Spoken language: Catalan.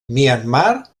myanmar